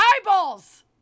eyeballs